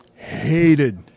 hated